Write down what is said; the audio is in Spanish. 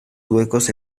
huecos